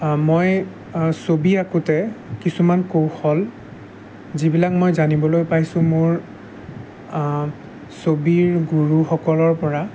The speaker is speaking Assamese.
মই ছবি আঁকোতে কিছুমান কৌশল যিবিলাক মই জানিবলৈ পাইছোঁ মোৰ ছবিৰ গুৰুসকলৰপৰা